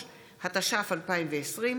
4), התש"ף 2020,